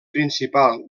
principal